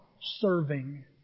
Serving